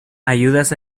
ayudas